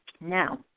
now